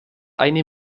eine